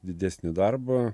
didesnį darbą